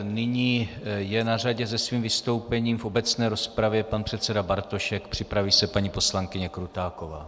Nyní je na řadě se svým vystoupením v obecné rozpravě pan předseda Bartošek, připraví se paní poslankyně Krutáková.